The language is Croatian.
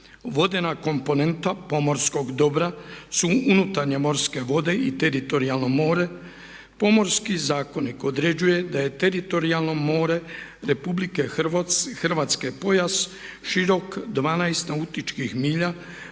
Vodena komponenta pomorskog dobra su unutarnje morske vode i teritorijalno more. Pomorski zakonik određuje da je teritorijalno more Republike Hrvatske pojas širok 12 nautičkih milja